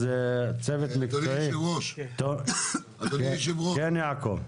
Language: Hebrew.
צהריים טובים, חבר הכנסת יעקב אשר,